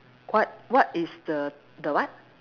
what what is the the what